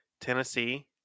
Tennessee